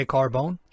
Carbone